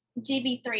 GB3